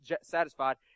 satisfied